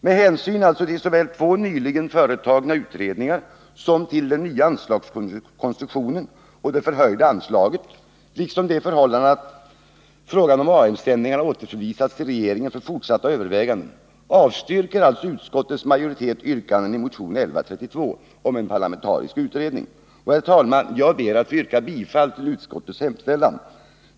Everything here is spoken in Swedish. Med hänsyn såväl till två nyligen företagna utredningar som till den nya anslagskonstruktionen och det förhöjda anslaget — liksom till det förhållandet att frågan om AM-sändningar återförvisats till regeringen för fortsatta överväganden — avstyrker utskottets majoritet alltså yrkandet i motion 1132 om en parlamentarisk utredning. Herr talman! Jag ber att få yrka bifall till utskottets hemställan.